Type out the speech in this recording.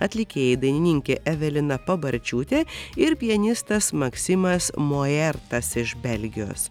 atlikėjai dainininkė evelina pabarčiūtė ir pianistas maksimas mojertas iš belgijos